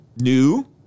new